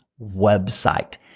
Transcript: website